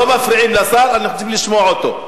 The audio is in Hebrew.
לא מפריעים לשר, רוצים לשמוע אותו.